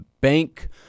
Bank